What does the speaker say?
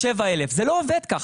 7,000. זה לא עובד ככה,